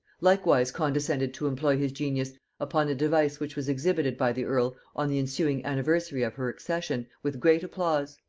likewise condescended to employ his genius upon a device which was exhibited by the earl on the ensuing anniversary of her accession, with great applause.